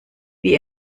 wie